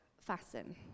fasten